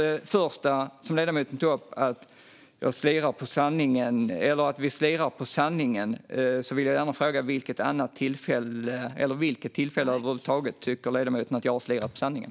Det första som ledamoten tog upp var att jag eller vi skulle slira på sanningen. Jag vill gärna fråga: Vid vilket tillfälle tycker ledamoten att jag har slirat på sanningen?